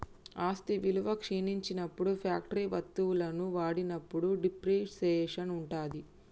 ఆస్తి విలువ క్షీణించినప్పుడు ఫ్యాక్టరీ వత్తువులను వాడినప్పుడు డిప్రిసియేషన్ ఉంటది